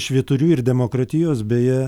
švyturių ir demokratijos beje